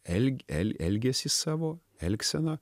el el elgesį savo elgseną